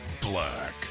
Black